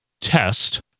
test